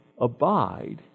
abide